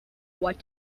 what